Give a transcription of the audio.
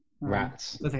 Rats